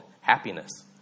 Happiness